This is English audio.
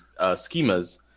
schemas